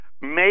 Make